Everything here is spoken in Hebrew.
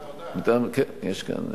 כן, יש כאן,